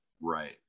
Right